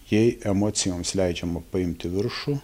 jei emocijoms leidžiama paimti viršų